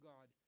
God